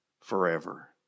forever